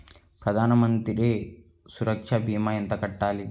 ప్రధాన మంత్రి సురక్ష భీమా ఎంత కట్టాలి?